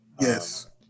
Yes